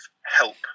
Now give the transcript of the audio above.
help